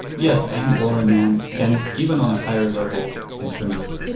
yes. and or and nand. and even on a higher level in terms of